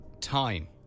time